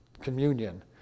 communion